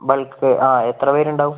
bulk ആ എത്ര പേർ ഉണ്ടാവും